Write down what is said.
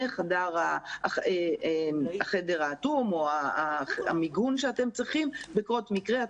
החדר האטום או המיגון שאתם צריכים ובקרות המקרה,